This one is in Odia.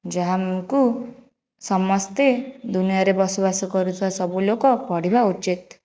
ଯାହାକୁ ସମସ୍ତେ ଦୁନିଆରେ ବସ ବାସ କରୁଥିବା ସବୁ ଲୋକ ପଢ଼ିବା ଉଚିତ